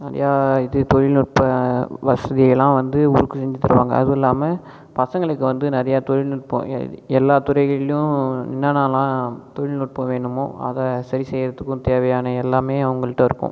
நிறையா இது தொழில்நுட்ப வசதியெல்லாம் வந்து தருவாங்க அதுவும் இல்லாமல் பசங்களுக்கு வந்து நிறையா தொழில்நுட்பம் எல்லா துறைகளிலயும் என்னான்னாலாம் தொழில்நுட்பம் வேணுமோ அதை சரி செய்யறதுக்கும் தேவையான எல்லாமே அவங்கள்ட்ட இருக்கும்